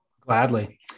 Gladly